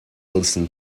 wilson